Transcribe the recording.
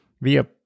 via